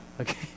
okay